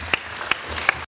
Hvala.